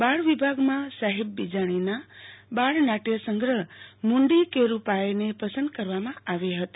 બાળ વિભાગમાં સાહિબ બિજાણીની બાળ નાટ્યસંગ્રહ્હ મુંડી કેરૂ પાએને પસંદ કરવામાં આવી હતી